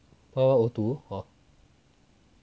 one one zero one